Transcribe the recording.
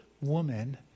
woman